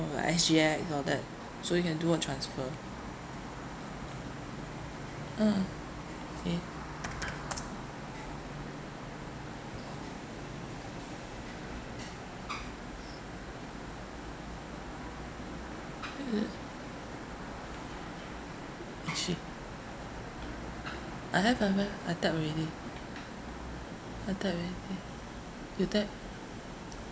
or like S_G_X all that so you can do a transfer mm K uh actually I have I have I type already I type already you type